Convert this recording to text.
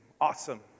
awesome